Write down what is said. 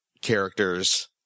characters